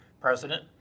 president